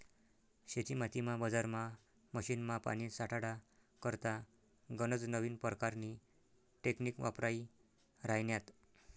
शेतीमातीमा, बजारमा, मशीनमा, पानी साठाडा करता गनज नवीन परकारनी टेकनीक वापरायी राह्यन्यात